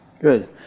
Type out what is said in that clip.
Good